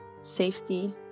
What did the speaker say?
safety